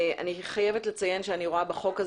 אני חייבת לציין שאני רואה בחוק הזה,